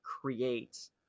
create